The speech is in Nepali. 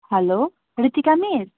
hello Ritika miss